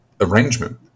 arrangement